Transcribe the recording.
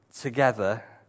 Together